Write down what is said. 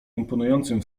imponującym